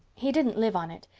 he didn't live on it.